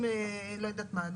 לא יודעת מה,